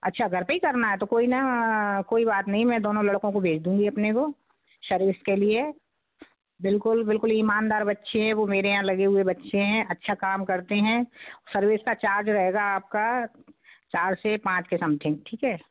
अच्छा घर पर ही करना है तो कोई ना कोई बात नहीं मैं दोनों लड़कों को भेज दूँगी अपने को शर्विस के लिए बिल्कुल बिल्कुल ईमानदार बच्चे हें वो मेरे यहाँ लगे हुए बच्चे हैं अच्छा काम करते हैं सर्विस का चार्ज रहेगा आपका चार से पाँच के समथिंग ठीक है